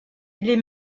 les